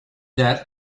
that